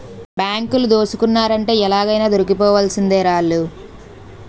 బాంకులు దోసుకున్నారంటే ఎలాగైనా దొరికిపోవాల్సిందేరా ఆల్లు